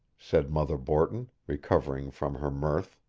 said mother borton, recovering from her mirth.